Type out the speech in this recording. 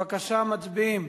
בבקשה, מצביעים.